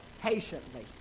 patiently